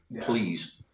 please